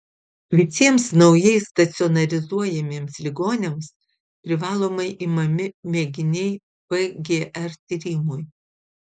visiems naujai stacionarizuojamiems ligoniams privalomai imami mėginiai pgr tyrimui